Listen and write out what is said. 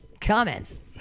Comments